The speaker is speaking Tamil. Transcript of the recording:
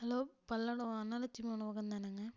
ஹலோ பல்லடம் அன்னலட்சுமி உணவகம் தானேங்க